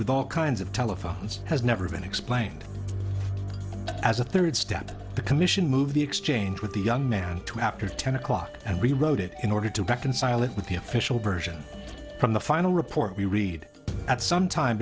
with all kinds of telephones has never been explained as a third step the commission moved the exchange with the young man to after ten o'clock and rewrote it in order to reconcile it with the official version from the final report we read at sometime